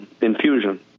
infusion